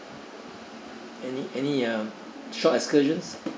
any any uh short excursions